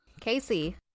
Casey